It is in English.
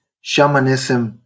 shamanism